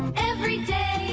every day.